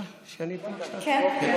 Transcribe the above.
שאני איתך?